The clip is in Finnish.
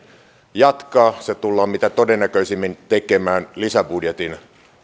jatkaa se tullaan mitä todennäköisimmin tekemään lisäbudjetin